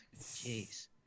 Jeez